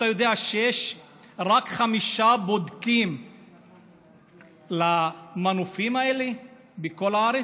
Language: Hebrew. אתה יודע שיש רק חמישה בודקים למנופים האלה בכל הארץ?